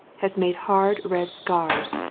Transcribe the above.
has made hard red scars,